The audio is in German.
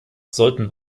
sollten